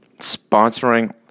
sponsoring